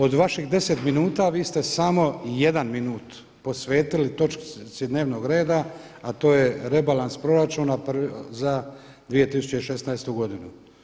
Od vaših 10 minuta vi ste samo jedan minut posvetili točci dnevnog reda a to je rebalans proračuna za 2016. godinu.